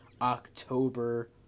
October